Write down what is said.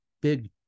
Big